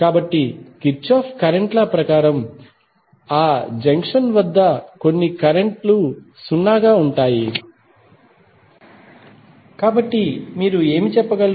కాబట్టి Kirchhoff current law ప్రకారం ఆ జంక్షన్ వద్ద కొన్ని కరెంట్ లు 0 గా ఉంటాయి కాబట్టి మీరు ఏమి చెప్పగలరు